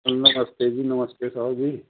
नमस्ते जी नमस्ते साह्व जी